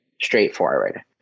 straightforward